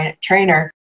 trainer